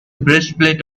breastplate